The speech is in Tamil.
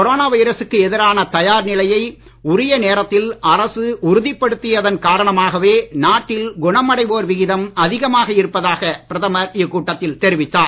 கொரோனா வைரசுக்கு எதிரான தயார் நிலையை உரிய நேரத்தில் அரசு உறுதிப்படுத்தியதன் காரணமாகவே நாட்டில் குணமடைவோர் விகிதம் அதிகமாக இருப்பதாக பிரதமர் இக்கூட்டத்தில் தெரிவித்தார்